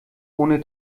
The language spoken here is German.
ohne